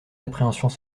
appréhensions